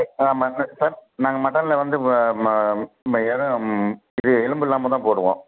mutton sir நாங்கள் மட்டனில் வந்து வ ம வெறும் இது எலும்பில்லாமல் தான் போடுவோம்